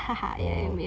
oh